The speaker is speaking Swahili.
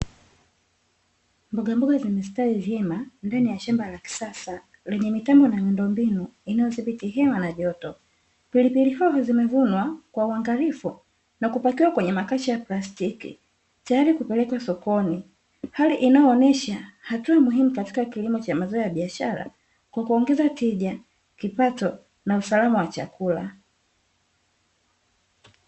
Mbogamboga zimestawi vyema ndani ya shamba la kisasa, yenye mitambo na miundombinu inayodhibiti hewa na joto, pilipili hoho zimevunwa kwa uangalifu na kupakiwa kwenye makasha ya plastiki tayari kupelekwa sokoni. Hali inayoonesha hatua muhimu katika kilimo cha mazao ya biashara kwa kuongeza tija, kipato na usalama wa chakula.